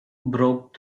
broke